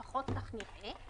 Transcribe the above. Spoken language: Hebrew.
לפחות כך נראה,